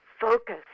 focus